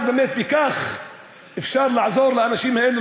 אז באמת כך אפשר לעזור לאנשים האלה,